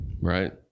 Right